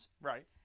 Right